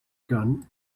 gun